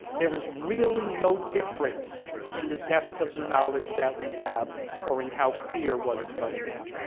there is really no difference in the depth of the knowledge that we have or in how clear what is going on.